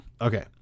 Okay